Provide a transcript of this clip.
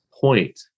point